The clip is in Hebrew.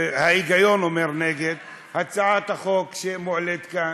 וההיגיון אומר נגד הצעת החוק שמועלית כאן.